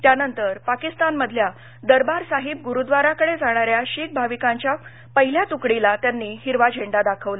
त्यानंतर पाकिस्तानातल्या दरबार साहिब गुरूद्वाराकडे जाणाऱ्या शीख भाविकांच्या पहिल्या तुकडीला त्यांनी हिरवा झेंडा दाखवला